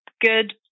good